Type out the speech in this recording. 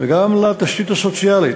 וגם לתשתית הסוציאלית,